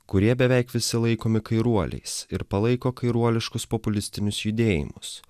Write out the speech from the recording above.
kurie beveik visi laikomi kairuoliais ir palaiko kairuoliškus populistinius judėjimus